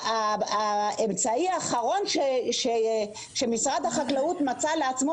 האמצעי האחרון שמשרד החקלאות מצא לעצמו